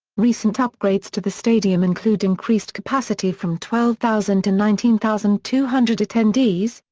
recent upgrades to the stadium include increased capacity from twelve thousand to nineteen thousand two hundred attendees,